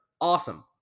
awesome